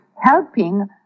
helping